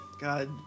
god